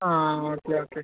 ആ okay okay